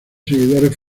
seguidores